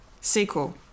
sequel